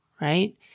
right